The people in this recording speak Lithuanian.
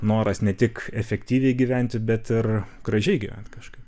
noras ne tik efektyviai gyventi bet ir gražiai gyvent kažkaip